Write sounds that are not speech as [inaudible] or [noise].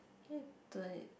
[noise] turn it